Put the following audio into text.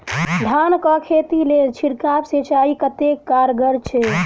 धान कऽ खेती लेल छिड़काव सिंचाई कतेक कारगर छै?